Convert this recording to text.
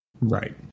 Right